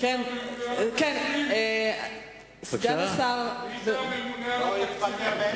מי זה הממונה על התקציבים?